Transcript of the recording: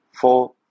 four